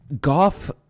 goff